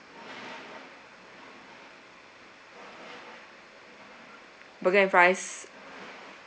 burger and fries